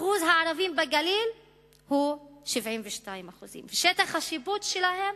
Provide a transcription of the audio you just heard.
אחוז הערבים בגליל הוא 72%; שטח השיפוט שלהם